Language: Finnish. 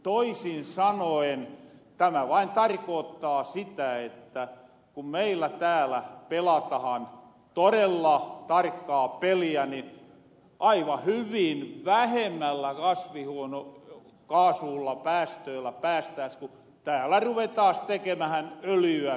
toisin sanoen tämä vain tarkoottaa sitä että ku meillä täällä pelatahan todella tarkkaa peliä niin aivan hyvin vähemmillä kasvihuonekaasupäästööllä päästääs ku täällä ruvettaas tekemähän öljyä suomen soista